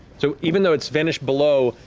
so even though it's vanished below,